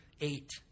eight